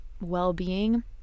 well-being